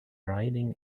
riding